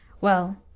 Well